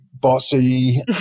Bossy